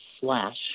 slash